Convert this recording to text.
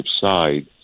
side